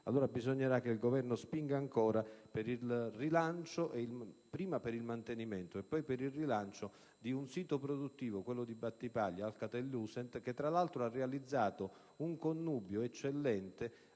Alcatel. Bisognerà che il Governo spinga ancora, prima per il mantenimento e poi per il rilancio del sito produttivo di Battipaglia di Alcatel-Lucent, che tra l'altro ha realizzato un connubio eccellente